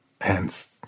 Hence